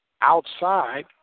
outside